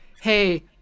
hey